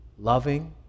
loving